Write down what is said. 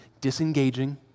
disengaging